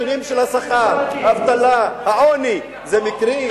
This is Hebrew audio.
הנתונים של השכר, האבטלה, העוני, זה מקרי?